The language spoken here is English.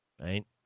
right